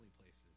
places